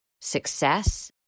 success